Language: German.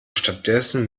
stattdessen